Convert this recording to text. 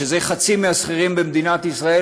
ואלה חצי מהשכירים במדינת ישראל